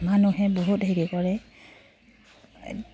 মানুহে বহুত হেৰি কৰে